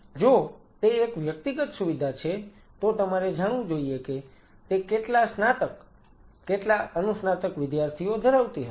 જો તે એક વ્યક્તિગત સુવિધા છે તો તમારે જાણવું જોઈએ કે તે કેટલા સ્નાતક કેટલા અનુસ્નાતક વિદ્યાર્થીઓ ધરાવતી હશે